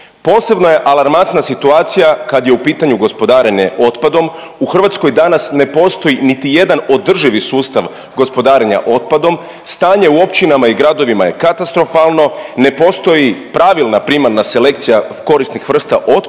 Posebno je alarmantna situacija kad je u pitanju gospodarenje otpadom u Hrvatskoj danas ne postoji niti jedan održivi sustav gospodarenja otpadom, stanje u općinama i gradovima je katastrofalno, ne postoji pravilna primarna selekcija korisnih vrsta otpada